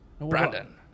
Brandon